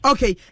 Okay